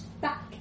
back